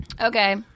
Okay